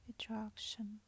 attraction